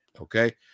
Okay